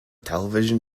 television